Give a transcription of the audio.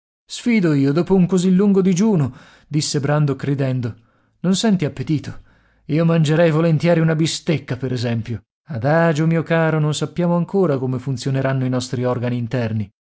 sfido io dopo un così lungo digiuno disse brandok ridendo non senti appetito io mangerei volentieri una bistecca per esempio adagio mio caro non sappiamo ancora come funzioneranno i nostri organi interni